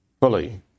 fully